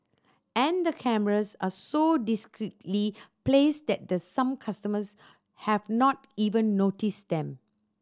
and the cameras are so discreetly placed that some customers have not even noticed them